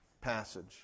passage